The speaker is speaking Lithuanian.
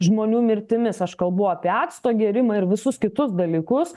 žmonių mirtimis aš kalbu apie acto gėrimą ir visus kitus dalykus